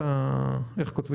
מפעיל.